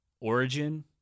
Origin